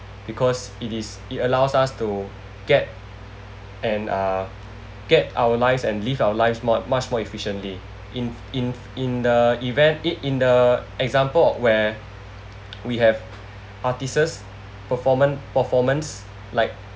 because it is it allows us to get and uh get our lives and live our lives mu~ much more efficiently in in in the event it in the example of where we have artists performan~ performance like